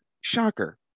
Shocker